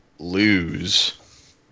lose